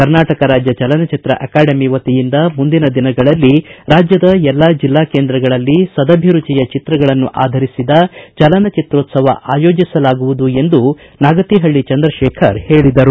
ಕರ್ನಾಟಕ ರಾಜ್ಯ ಜಲನಚಿತ್ರ ಅಕಾಡೆಮಿ ವತಿಯಿಂದ ಮುಂದಿನ ದಿನಗಳಲ್ಲಿ ರಾಜ್ಯದ ಎಲ್ಲ ಜಿಲ್ಲಾ ಕೇಂದ್ರಗಳಲ್ಲಿ ಸದಭಿರುಚಿಯ ಚಿತ್ರಗಳನ್ನು ಆಧರಿಸಿ ಚಲನಚಿತ್ರೋತ್ಸವ ಆಯೋಜಿಸಲಾಗುವುದು ಎಂದು ನಾಗತಿಪಳ್ಳಿ ಚಂದ್ರಶೇಖರ್ ಹೇಳಿದರು